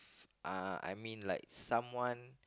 uh I mean like someone